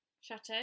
Chateau